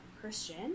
Christian